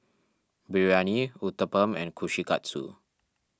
Biryani Uthapam and Kushikatsu